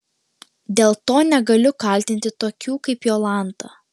dėl to negaliu kaltinti tokių kaip jolanta